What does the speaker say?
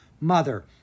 Mother